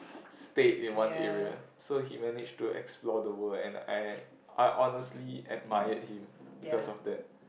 stayed in one area so he managed to explore the world and I I honestly admired him because of that